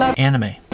Anime